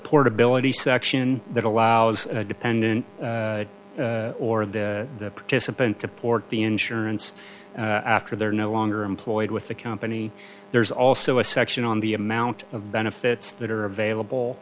portability section that allows a dependent or the participant to port the insurance after they're no longer employed with the company there's also a section on the amount of benefits that are available